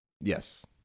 yes